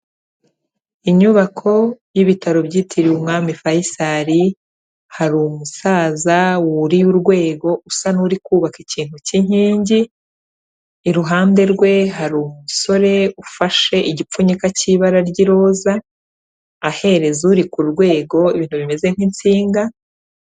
Inyubako y'ibitaro byitiriwe umwami Faisal, hari umusaza wuriye urwego usa n'uri kubaka ikintu cy'inkingi, iruhande rwe hari umusore ufashe igipfunyika cy'ibara ry'uroza, aherereza uri ku rwego ibintu bimeze nk'insinga.